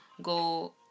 go